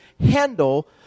handle